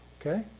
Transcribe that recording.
okay